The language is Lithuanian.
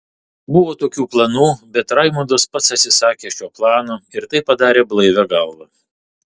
buvo tokių planų bet raimondas pats atsisakė šio plano ir tai padarė blaivia galva